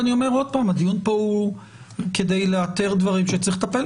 אני אומר שוב שהדיון כאן הוא כדי לאתר דברים שצריך לטפל